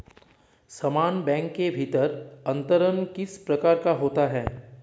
समान बैंक के भीतर अंतरण किस प्रकार का होता है?